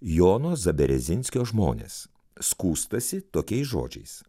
jono zaberezinskio žmonės skųstasi tokiais žodžiais